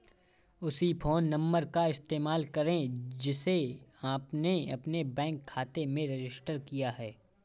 उसी phone number का इस्तेमाल करें जिसे आपने अपने बैंक खाते में रजिस्टर किया है